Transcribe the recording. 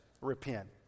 repent